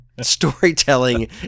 storytelling